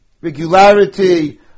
regularity